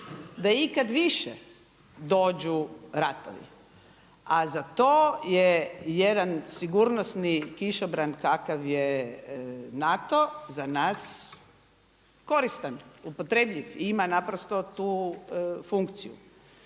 da ikad više dođu ratovi. A za to je jedan sigurnosni kišobran kakav je NATO za nas koristan, upotrebljiv i ima naprosto tu funkciju.